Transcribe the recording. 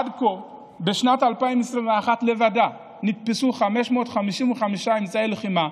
עד כה, בשנת 2021 לבדה נתפסו 555 אמצעי לחימה: